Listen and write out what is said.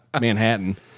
manhattan